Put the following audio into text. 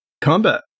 Combat